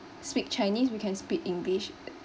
speak chinese we can speak english